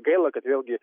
gaila kad vėlgi